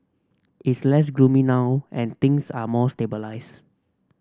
it's less gloomy now and things are more stabilise